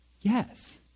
Yes